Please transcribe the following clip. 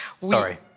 Sorry